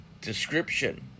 description